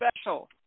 Special